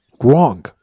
wrong